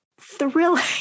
thrilling